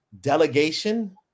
delegation